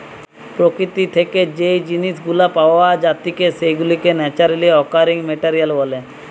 প্রকৃতি থেকে যেই জিনিস গুলা পাওয়া জাতিকে সেগুলাকে ন্যাচারালি অকারিং মেটেরিয়াল বলে